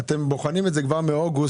אם זה שונה ממה שענית לי מקודם.